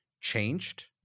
changed